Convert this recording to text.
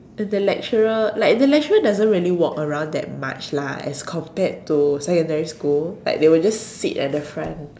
and the lecturer like the lecturer doesn't really walk around that much lah as compared to secondary school like they would just sit at the front